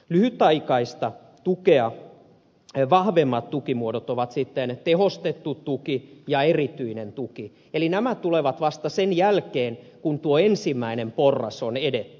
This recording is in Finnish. lyhytaikaista tukea vahvemmat tukimuodot ovat sitten tehostettu tuki ja erityinen tuki eli nämä tulevat vasta sen jälkeen kun tuo ensimmäinen porras on edetty